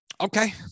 okay